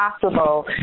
possible